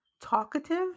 talkative